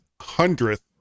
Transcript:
hundredth